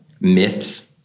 myths